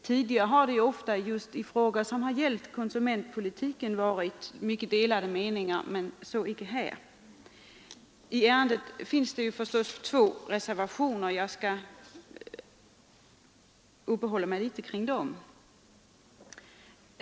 Tidigare har det just i frågor som gällt konsumentpolitiken ofta rått mycket delade meningar. Men så har inte varit fallet denna gång. Till utskottets betänkande har dock fogats två reservationer, och jag skall uppehålla mig litet vid dem.